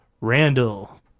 Randall